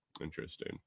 Interesting